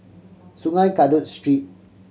Sungei Kadut Street